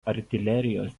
artilerijos